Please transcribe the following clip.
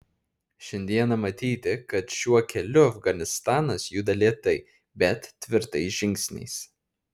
šiandieną matyti kad šiuo keliu afganistanas juda lėtai bet tvirtais žingsniais